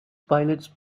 pilots